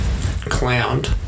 clowned